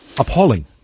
Appalling